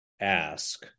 ask